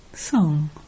Song